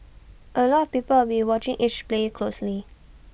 A lot of people are will watching each player closely